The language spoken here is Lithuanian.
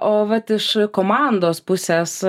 o vat iš komandos puses